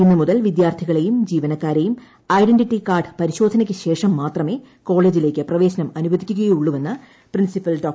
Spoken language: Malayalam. ഇന്ന് മുതൽ വിദ്യാർത്ഥികളെയും ജീവനക്കാരെയും ഐഡന്റിറ്റി കാർഡ് പരിശോധനയ്ക്ക് ശേഷം മാത്രമേ കോളേജിലേക്ക് പ്രവേശനം അനുവദിക്കുകയുള്ളൂവെന്ന് പ്രിൻസിപ്പൽ ഡോ